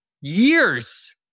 years